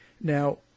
now